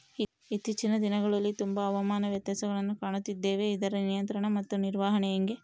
ಇತ್ತೇಚಿನ ದಿನಗಳಲ್ಲಿ ತುಂಬಾ ಹವಾಮಾನ ವ್ಯತ್ಯಾಸಗಳನ್ನು ಕಾಣುತ್ತಿದ್ದೇವೆ ಇದರ ನಿಯಂತ್ರಣ ಮತ್ತು ನಿರ್ವಹಣೆ ಹೆಂಗೆ?